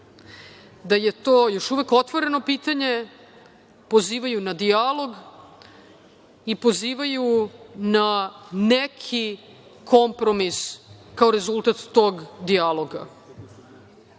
da je to još uvek otvoreno pitanje, pozivaju na dijalog i pozivaju na neki kompromis kao rezultat tog dijaloga.